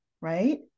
right